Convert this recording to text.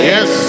Yes